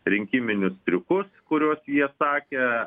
rinkiminius triukus kuriuos jie sakė